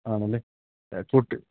ആണല്ലേ ആ കൂട്ട്